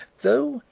though,